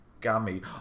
gummy